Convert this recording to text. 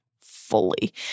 fully